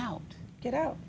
out get out